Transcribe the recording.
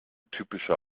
typischer